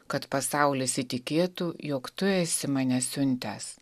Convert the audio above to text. kad pasaulis įtikėtų jog tu esi mane siuntęs